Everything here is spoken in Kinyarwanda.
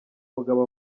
mugabo